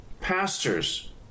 Pastors